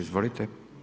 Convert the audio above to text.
Izvolite.